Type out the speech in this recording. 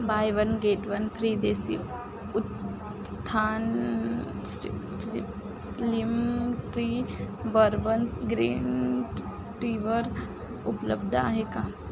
bye one get one free Desi Utthan स्टिलि slim tea bourbon green टीवर उपलब्ध आहे का